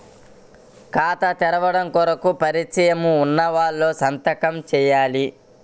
ఖాతా తెరవడం కొరకు పరిచయము వున్నవాళ్లు సంతకము చేయాలా?